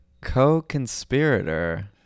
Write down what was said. co-conspirator